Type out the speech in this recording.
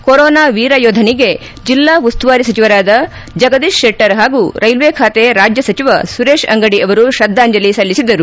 corona ವೀರ ಯೋದನಿಗೆ ಜಿಲ್ಲಾ ಉಸ್ತುವಾರಿ ಸಚಿವರಾದ ಜಗದೀಶ್ ಶೆಟ್ಟರ್ ಹಾಗೂ ರೈಲ್ವೆ ಖಾತೆ ರಾಜ್ಯ ಸಚಿವ ಸುರೇಶ್ ಅಂಗಡಿ ಅವರು ಶ್ರದ್ದಾಂಜಲಿ ಸಲ್ಲಿಸಿದರು